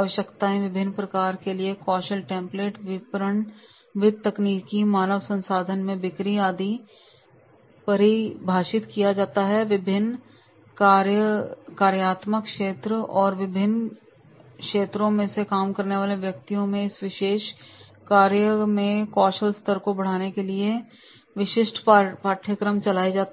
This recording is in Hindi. आवश्यकताएं विभिन्न कार्यों के लिए कौशल टेम्पलेट विपणन वित्त तकनीकी मानव संसाधन में बिक्री आदि को परिभाषित किया जाता है और विभिन्न कार्यात्मक क्षेत्रों और विभिन्न क्षेत्रों में काम करने वाले व्यक्तियों के इस विशेष कार्य में कौशल स्तर को बढ़ाने के लिए विशिष्ट पाठ्यक्रम चलाए जाते हैं